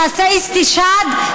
תעשה אסתשהאד?